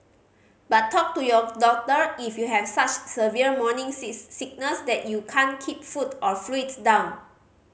but talk to your doctor if you have such severe morning sees sickness that you can't keep food or fluids down